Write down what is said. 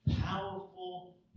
powerful